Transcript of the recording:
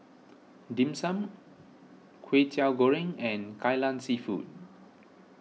Dim Sum Kwetiau Goreng and Kai Lan Seafood